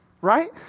Right